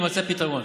יימצא פתרון.